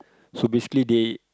so basically they